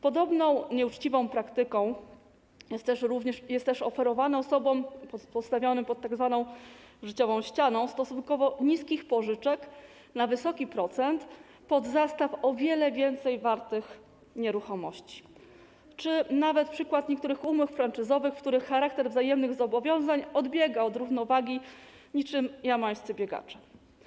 Podobną nieuczciwą praktyką jest też oferowanie osobom postawionym pod tzw. ścianą stosunkowo niskich pożyczek na wysoki procent pod zastaw o wiele więcej wartych nieruchomości czy nawet przykład niektórych umów franczyzowych, w przypadku których charakter wzajemnych zobowiązań odbiega od równowagi niczym jamajscy biegacze.